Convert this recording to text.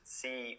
see